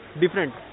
different